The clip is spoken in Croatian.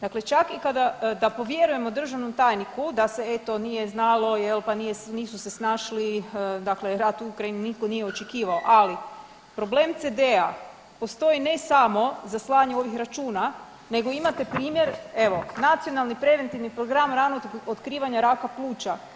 Dakle, čak i kada da povjerujemo državnom tajniku da se eto nije znalo jel, pa nisu se snašli, dakle rat u Ukrajini nitko nije očekivao, ali problem CD-a postoji ne samo za slanje ovih računa nego imate primjer evo Nacionalni preventivni program ranog otkrivanja raka pluća.